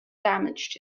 damaged